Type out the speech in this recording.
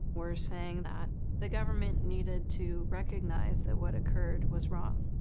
were saying that the government needed to recognize that what occurred was wrong,